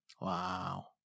Wow